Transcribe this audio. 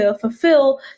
fulfill